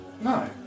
No